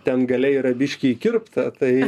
ten gale yra biškį įkirpta tai